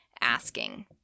asking